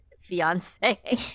fiance